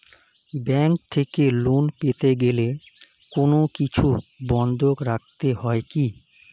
Bank থেকে loan পেতে গেলে কোনো কিছু বন্ধক রাখতে হয় কি?